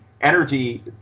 energy